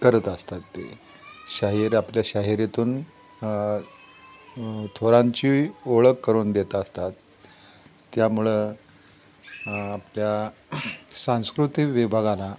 करत असतात ते शाहीर आपल्या शाहिरीतून थोरांची ओळख करून देत असतात त्यामुळं आपल्या सांस्कृतिक विभागाला